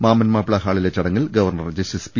മാമൻ മാപ്പിള ഹാളിലെ ചടങ്ങിൽ ഗവർണർ ജസ്റ്റിസ് പി